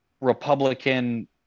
Republican